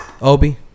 Obi